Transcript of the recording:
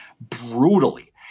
brutally